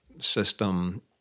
system